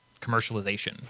commercialization